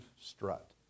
strut